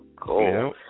Cool